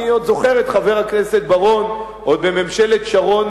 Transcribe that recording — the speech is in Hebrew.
אני עוד זוכר את חבר הכנסת בר-און עוד בממשלת שרון